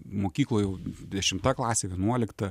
mokykloj dešimta klasė vienuolikta